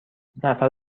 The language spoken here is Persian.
نفر